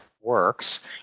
works